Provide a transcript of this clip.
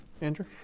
Andrew